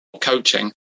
coaching